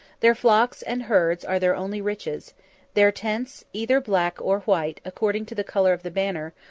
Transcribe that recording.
their flocks and herds are their only riches their tents, either black or white, according to the color of the banner,